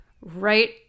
right